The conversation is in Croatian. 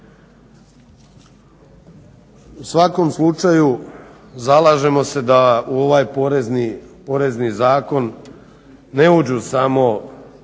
U svakom slučaju zalažemo se da u ovaj porezni zakon ne uđu samo